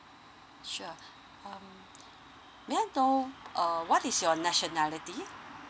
sure um may I know uh what is your nationality